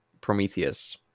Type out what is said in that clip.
Prometheus